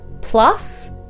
plus